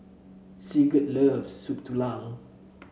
Sigurd loves Soup Tulang